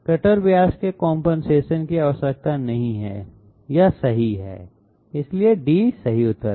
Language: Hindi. कटर व्यास के कंपनसेशन की आवश्यकता नहीं है यह सही है इसलिए d सही उतर है